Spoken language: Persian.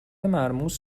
مرموز